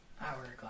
hourglass